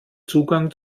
zugang